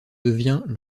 devient